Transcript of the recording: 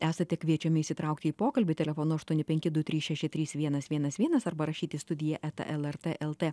esate kviečiami įsitraukti į pokalbį telefonu aštuoni penki du trys šeši trys vienas vienas vienas arba rašyti studija eta lrt lt